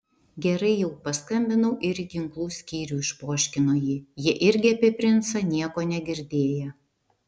gerai jau paskambinau ir į ginklų skyrių išpoškino ji jie irgi apie princą nieko negirdėję